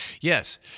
Yes